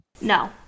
No